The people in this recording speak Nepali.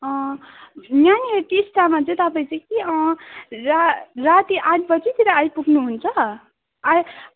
यहाँनिर टिस्टामा चाहिँ तपाईँ चाहिँ के रा राती आठ बजीतिर आइपुग्नु हुन्छ आइ